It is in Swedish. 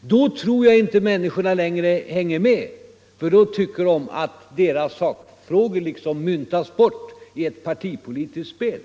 då tror jag inte människorna hänger med längre; då tycker de att deras angelägenheter — sakfrågorna —- liksom myntas bort i ett partipolitiskt spel.